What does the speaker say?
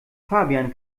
fabian